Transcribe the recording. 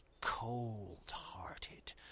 cold-hearted